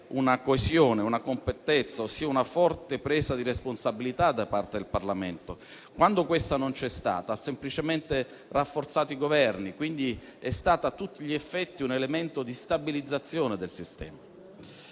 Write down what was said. una coesione, una compattezza, ossia una forte presa di responsabilità da parte del Parlamento. Quando questa non c'è stata, ha semplicemente rafforzato i Governi, quindi è stata a tutti gli effetti un elemento di stabilizzazione del sistema.